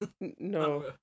no